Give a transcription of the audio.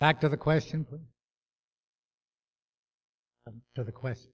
back to the question of the question